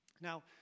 Now